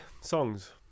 songs